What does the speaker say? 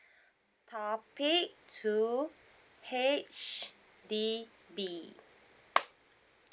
topic two H_D_B